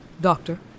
Doctor